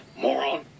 moron